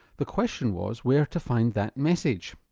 the question was where to find that message?